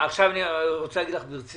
קטי, עכשיו אני רוצה להגיד לך ברצינות,